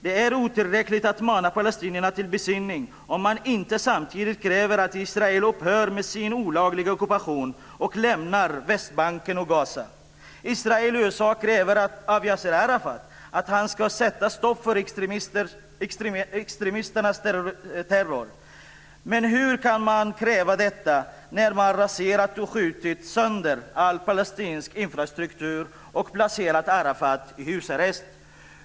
Det är otillräckligt att mana palestinierna till besinning om man inte samtidigt kräver att Israel upphör med sin olagliga ockupation och lämnar Västbanken och Gaza? Israel och USA kräver att Yassir Arafat ska sätta stopp för extremisternas terror, men hur kan de kräva detta när man raserat och skjutit sönder all palestinsk infrastruktur och placerat Arafat i husarrest?